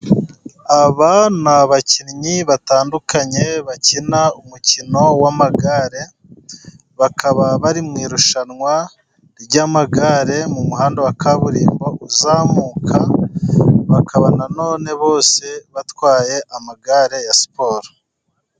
Aba ni abakinnyi batandukanye bakina umukino w'amagare. Bakaba bari mu irushanwa ry'amagare mu muhanda wa kaburimbo uzamuka. Bakaba na none bose batwaye amagare ya siporo.